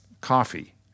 coffee